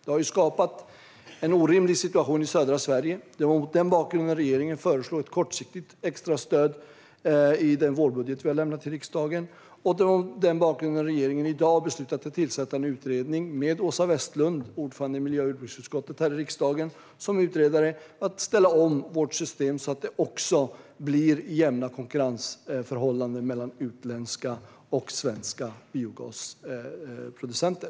Detta har skapat en orimlig situation i södra Sverige. Det var mot denna bakgrund som regeringen föreslog ett kortsiktigt extra stöd i den vårbudget som vi lämnade till riksdagen. Det var också mot denna bakgrund som regeringen i dag beslutade att tillsätta en utredning med ordföranden för riksdagens miljö och jordbruksutskott Åsa Westlund som utredare, för att ställa om vårt system så att det blir jämna konkurrensförhållanden mellan utländska och svenska biogasproducenter.